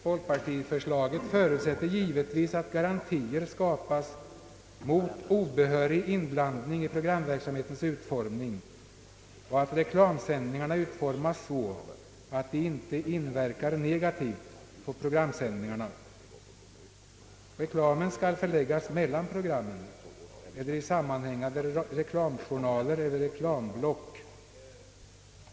Folkpartiförslaget förutsätter givetvis att garantier skapas mot obehörig inblandning i programverksamhetens ut formning och att reklamsändningarna utformas så att de inte inverkar negativt på programsändningarna. Reklamen skall förläggas mellan programmen eller i sammanhängande reklamjournaler eller reklamblock.